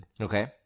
Okay